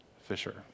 Fisher